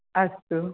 अस्तु